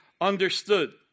understood